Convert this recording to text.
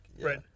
Right